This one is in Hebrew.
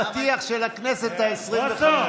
הינה, אתה הפתיח של הכנסת העשרים-וחמש.